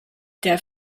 der